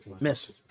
miss